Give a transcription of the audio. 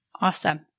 Awesome